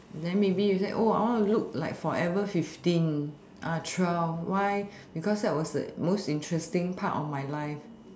then maybe you say !oh! I wanna look like forever fifteen uh twelve why because that was the most interesting part of my life